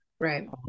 Right